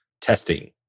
testing